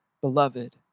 beloved